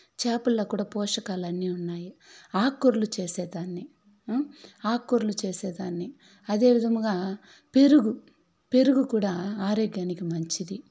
చేపల్లో కూడా పోషకాలు అన్నీ ఉన్నాయి ఆకుకూరలు చేసేదాన్ని ఆకుకూరలు చేసేదాన్ని అదే విధముగా పెరుగు పెరుగు కూడా ఆరోగ్యానికి మంచిది